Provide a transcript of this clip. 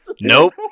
Nope